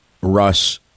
Russ